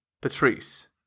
Patrice